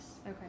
Okay